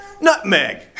Nutmeg